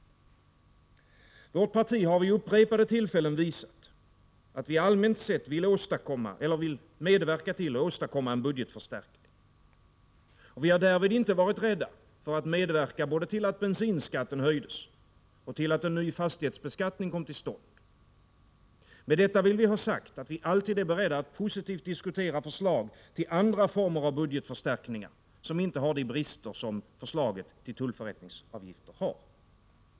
Vårt parti har vid upprepade tillfällen visat att vi allmänt sett vill medverka till att åstadkomma en budgetförstärkning. Vi har därvid inte varit rädda för att medverka vare sig till att bensinskatten höjdes eller till att en ny fastighetsbeskattning kom till stånd. Med detta vill vi ha sagt att vi alltid är beredda att positivt diskutera förslag till andra former av budgetförstärkningar, som inte har de brister som förslaget till tullförrättningsavgifter har.